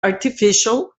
artificial